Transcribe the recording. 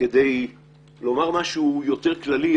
אני אומר משהו יותר כללי,